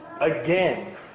again